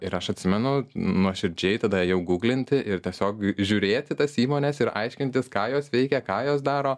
ir aš atsimenu nuoširdžiai tada ėjau ir tiesiog žiūrėti tas įmones ir aiškintis ką jos veikia ką jos daro